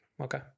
okay